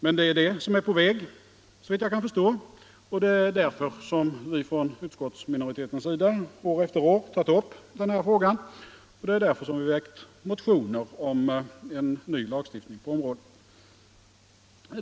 Men det är det som är på väg, såvitt jag kan förstå, och det är därför som vi från utskottsminoritetens sida år efter år tagit upp den här frågan. Det är också därför som vi väckt motioner om en ny lagstiftning på området.